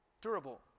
Durable